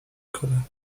کنم